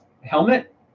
helmet